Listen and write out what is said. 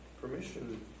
permission